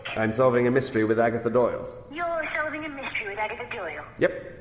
i'm solving a mystery with agatha doyle. you're solving a mystery with agatha doyle? yep.